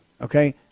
okay